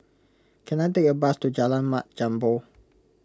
can I take a bus to Jalan Mat Jambol